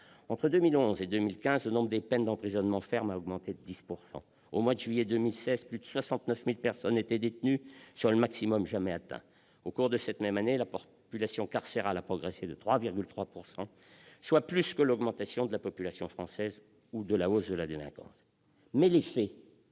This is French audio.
Entre 2011 et 2015, le nombre de peines d'emprisonnement ferme a augmenté de 10 %. Au mois de juillet 2016, plus de 69 000 personnes étaient détenues, soit le maximum jamais atteint. Au cours de cette même année, la population carcérale a progressé de 3,3 %, soit plus que l'augmentation de la population française ou la hausse de la délinquance. Les faits,